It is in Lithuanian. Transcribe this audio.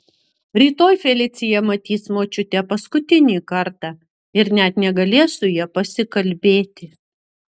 rytoj felicija matys močiutę paskutinį kartą ir net negalės su ja pasikalbėti